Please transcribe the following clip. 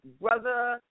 Brother